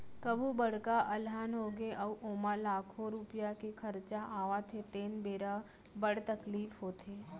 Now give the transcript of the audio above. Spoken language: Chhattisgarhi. कभू बड़का अलहन होगे अउ ओमा लाखों रूपिया के खरचा आवत हे तेन बेरा बड़ तकलीफ होथे